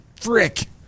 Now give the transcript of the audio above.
frick